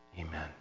Amen